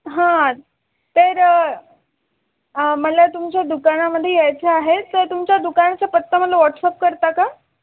हां तर मला तुमच्या दुकानामध्ये यायचं आहे तर तुमच्या दुकानाचा पत्ता मला व्हॉट्सअप करता का